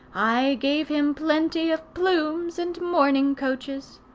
i gave him plenty of plumes and mourning coaches.